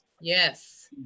Yes